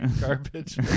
Garbage